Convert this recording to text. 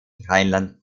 rheinland